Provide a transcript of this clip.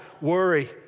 worry